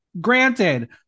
Granted